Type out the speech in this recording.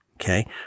Okay